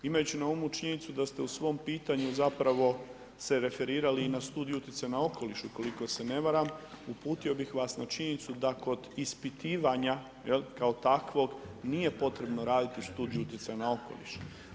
Imajući na umu činjenicu da ste u svom pitanju zapravo se referirali na studiju utjecaja na okoliš ukoliko se ne varam, uputio bih vas na činjenicu da kod ispitivanja kao takvog nije potrebno raditi studiju utjecaja na okoliš.